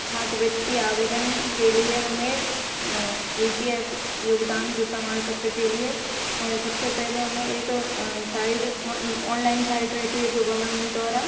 छात्रवृत्ति आवेदन के लिए हमें इ पी एफ योगदान के प्रमाण पत्र के लिए सबसे पहले हमें एक साइड ऑनलाइन साइट रहती है जो गवर्नमेंट द्वारा